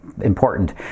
Important